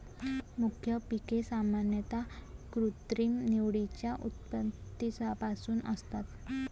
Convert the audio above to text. मुख्य पिके सामान्यतः कृत्रिम निवडीच्या उत्पत्तीपासून असतात